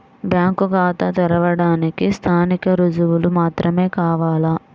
Bank ఖాతా తెరవడానికి స్థానిక రుజువులు మాత్రమే కావాలా?